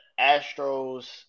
Astros